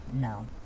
No